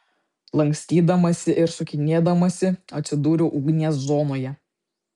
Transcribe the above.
lankstydamasi ir sukinėdamasi atsidūriau ugnies zonoje